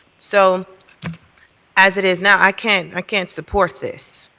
so as it is now, i can't ah can't support this.